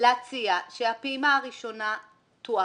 אולי אפשר להציע שהפעימה הראשונה תוארך.